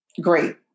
great